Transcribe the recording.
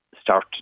start